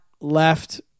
left